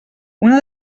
una